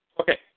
Okay